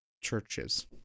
churches